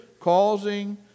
causing